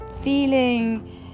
feeling